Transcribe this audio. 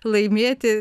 laimėti ten